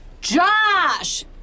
Josh